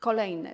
Kolejne.